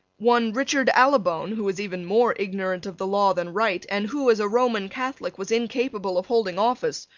one richard allibone, who was even more ignorant of the law than wright, and who, as a roman catholic, was incapable of holding office,